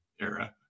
era